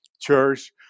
church